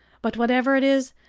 but whatever it is,